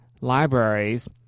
libraries